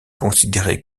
considéré